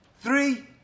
Three